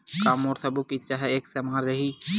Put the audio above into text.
का मोर सबो किस्त ह एक समान रहि?